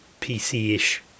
PC-ish